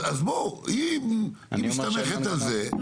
היא מסתמכת על זה,